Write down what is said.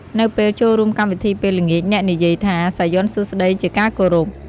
នៅពេលចូលរួមកម្មវិធីពេលល្ងាច អ្នកនិយាយថា "សាយ័ន្តសួស្តី" ជាការគោរព។